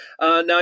Now